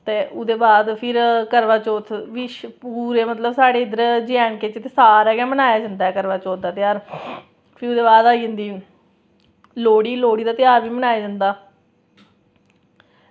ते ओह्दे बाद फिर करवाचौथ बी पूरे साढ़े इद्धर मतलब जेएंडके बिच सारे गै मनाया जंदा करवाचौथ दा बरत फिर ओह्दे बाद आई जंदी लोह्ड़ी लोह्ड़ी दा ध्यार बी मनाया जंदा